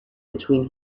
between